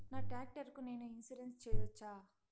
నా టాక్టర్ కు నేను ఇన్సూరెన్సు సేయొచ్చా?